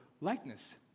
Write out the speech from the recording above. likeness